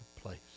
place